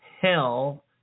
hell